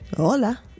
Hola